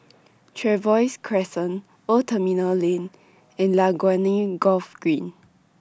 Trevose Crescent Old Terminal Lane and Laguna Golf Green